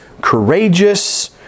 courageous